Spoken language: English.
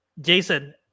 Jason